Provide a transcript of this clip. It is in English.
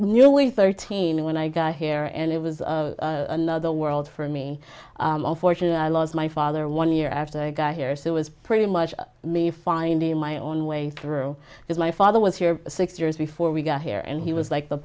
way thirteen when i got here and it was another world for me fortunately i lost my father one year after i got here so it was pretty much me finding my own way through because my father was here six years before we got here and he was like the